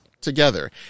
together